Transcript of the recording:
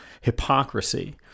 hypocrisy